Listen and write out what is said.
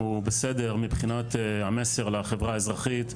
הוא בסדר מבחינת המסר לחברה האזרחית,